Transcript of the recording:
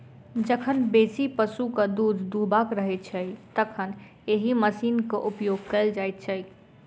जखन बेसी पशुक दूध दूहबाक रहैत छै, तखन एहि मशीनक उपयोग कयल जाइत छै